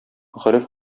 гореф